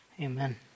Amen